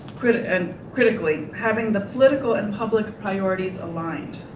and critically, having the political and public priorities aligned.